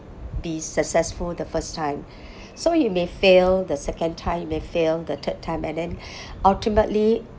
be successful the first time so you may fail the second time may fail the third time and then ultimately